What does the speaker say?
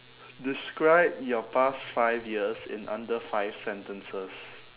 describe your past five years in under five sentences